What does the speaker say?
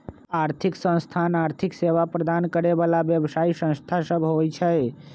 आर्थिक संस्थान आर्थिक सेवा प्रदान करे बला व्यवसायि संस्था सब होइ छै